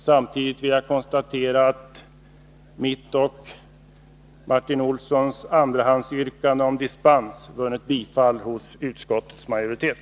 Samtidigt vill jag konstatera att mitt och Martin Olssons andrahandsyrkande om dispens vunnit bifall hos utskottets majoritet.